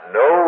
no